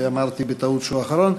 אמרתי בטעות שהוא האחרון.